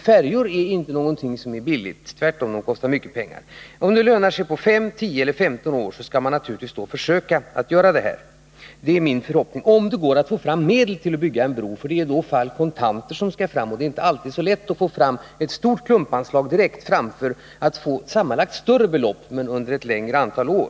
Färjor är ju inte billiga, de kostar tvärtom mycket pengar. Och om det lönar sig på fem, tio eller femton år skall man naturligtvis försöka att bygga en bro — om det går att få fram medel för att bygga den. Det är ju i dessa fall kontanter som skall fram, och det är inte alltid så lätt att få fram ett stort klumpanslag direkt i stället för ett sammanlagt större belopp, utspritt på ett större antal år.